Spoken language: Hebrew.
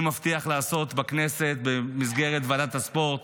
אני מבטיח לעשות בכנסת, במסגרת ועדת הספורט,